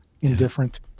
indifferent